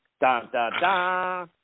Da-da-da